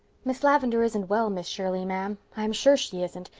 miss lavendar isn't well, miss shirley, ma'am. i'm sure she isn't,